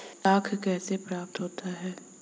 लाख कैसे प्राप्त होता है?